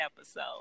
episode